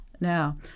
Now